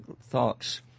thoughts